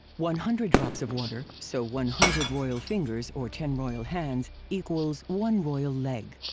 one hundred drops of water, so one hundred royal fingers or ten royal hands equals one royal leg.